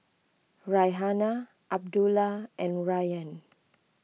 Raihana Abdullah and Rayyan